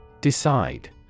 Decide